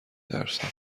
ترسم